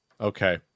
Okay